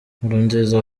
nkurunziza